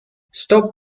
stop